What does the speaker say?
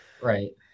Right